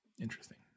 Interesting